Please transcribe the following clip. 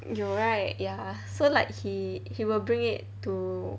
有 right ya so like he he will bring it to